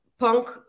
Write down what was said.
Punk